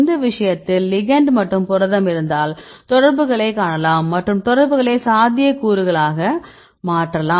இந்த விஷயத்தில் லிகெண்ட் மற்றும் புரதம் இருந்தால் தொடர்புகளைக் காணலாம் மற்றும் தொடர்புகளை சாத்தியக்கூறுகளாக மாற்றலாம்